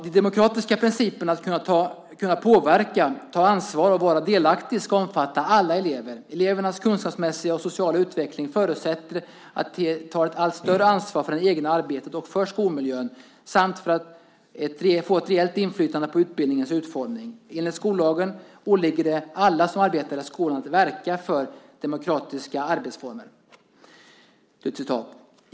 "De demokratiska principerna att kunna påverka, ta ansvar och vara delaktig skall omfatta alla elever. Elevernas kunskapsmässiga och sociala utveckling förutsätter att de tar ett allt större ansvar för det egna arbetet och för skolmiljön, samt att de får ett reellt inflytande på utbildningens utformning. Enligt skollagen åligger det alla som arbetar i skolan att verka för demokratiska arbetsformer."